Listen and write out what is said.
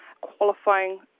qualifying